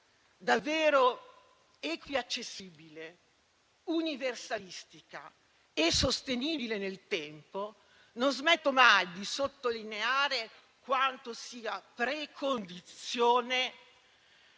davvero equiaccessibile, universalistica e sostenibile nel tempo, non smetto mai di sottolineare quanto ne sia precondizione